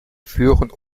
führen